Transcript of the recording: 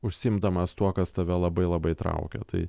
užsiimdamas tuo kas tave labai labai traukia tai